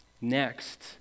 Next